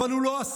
אבל הוא לא הסוף.